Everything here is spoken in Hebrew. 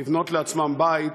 לבנות לעצמם בית,